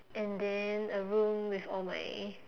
and then a room with all my